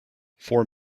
four